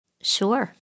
Sure